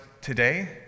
today